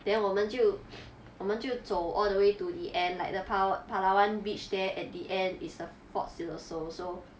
then 我们就 我们就走 all the way to the end like the pa~ palawan beach there at the end is a fort siloso so